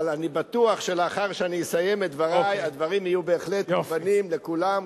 אבל אני בטוח שלאחר שאני אסיים את דברי הדברים יהיו בהחלט מובנים לכולם,